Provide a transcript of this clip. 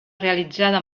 realitzada